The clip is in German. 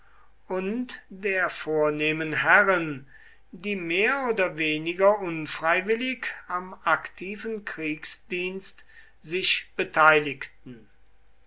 und der vornehmen herren die mehr oder weniger unfreiwillig am aktiven kriegsdienst sich beteiligten